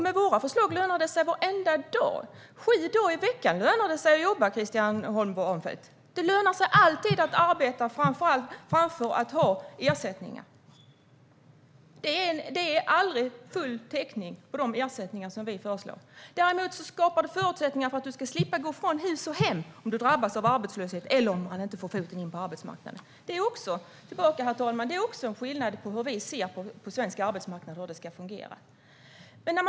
Med våra förslag lönar det sig varenda dag. Sju dagar i veckan lönar det sig att jobba, Christian Holm Barenfeld. Det lönar sig alltid att arbeta framför att ha ersättningar; det är aldrig full täckning på de ersättningar vi föreslår. Däremot skapar de förutsättningar för att du ska slippa gå från hus och hem om du drabbas av arbetslöshet eller inte får in en fot på arbetsmarknaden. Det är också en skillnad när det gäller hur vi ser på svensk arbetsmarknad och hur den ska fungera, herr talman.